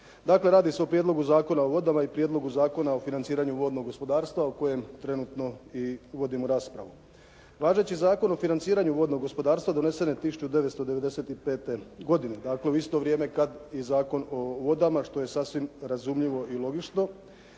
Dakle radi se o Prijedlogu zakona o vodama i Prijedlogu zakona o financiranju vodnog gospodarstva o kojem trenutno i vodimo raspravu. Važeći Zakon o financiranju vodnog gospodarstva donesen je 1995. godine, dakle u isto vrijeme kada i Zakon o vodama što je sasvim razumljivo i logično,